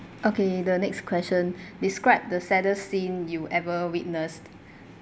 okay the next question describe the saddest scene you ever witnessed